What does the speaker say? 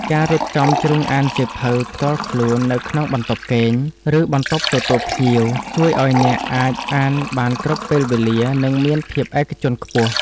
ការរៀបចំជ្រុងអានសៀវភៅផ្ទាល់ខ្លួននៅក្នុងបន្ទប់គេង ឬបន្ទប់ទទួលភ្ញៀវ ជួយឱ្យអ្នកអាចអានបានគ្រប់ពេលវេលា និងមានភាពឯកជនខ្ពស់។